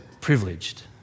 privileged